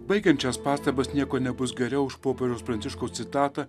baigiant šias pastabas nieko nebus geriau už popiežiaus pranciškaus citatą